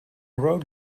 road